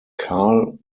carl